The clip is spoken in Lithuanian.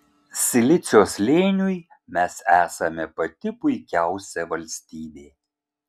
silicio slėniui mes esame pati puikiausia valstybė